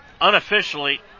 unofficially